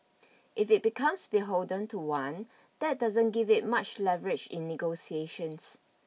if it becomes beholden to one that doesn't give it much leverage in negotiations